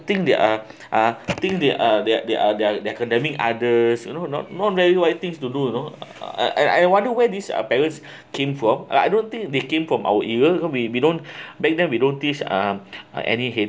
think they are uh think they are they are they are they are they are condemning others you know not not very right things you know I I wonder where these are parents came from I don't think they came from our area we don't we don't beg them we don't teach um uh any